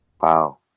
Wow